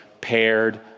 paired